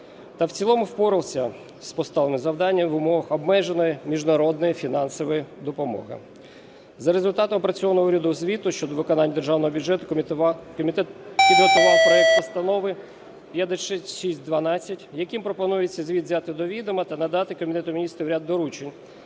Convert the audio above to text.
та в цілому впорався з поставленим завданням в умовах обмеженої міжнародної фінансової допомоги. За результатом опрацьованого урядового звіту щодо виконання державного бюджету комітет підготував проект Постанови 5612, яким пропонується звіт взяти до відома та надати Кабінету Міністрів ряд доручень